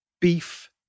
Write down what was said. beef